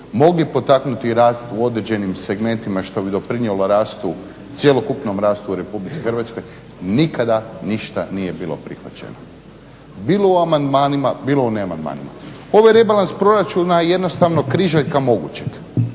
mogli potaknuti rast u određenim segmentima što bi doprinijelo rastu, cjelokupnom rastu u RH, nikada ništa nije bilo prihvaćeno, bilo u amandmanima, bilo u ne amandmanima. Ovaj rebalans proračuna je jednostavno križaljka mogućeg,